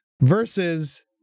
versus